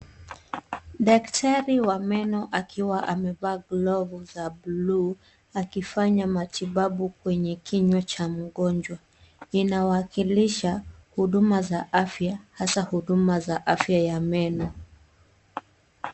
Daktari wa meno akiwa amevaa glovu za buluu akifanya matibabu kwenye kinywa cha mgonjwa. Inawakilisha huduma za afya hasa huduma za afya ya meno.